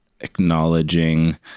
acknowledging